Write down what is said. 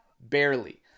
barely